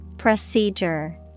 Procedure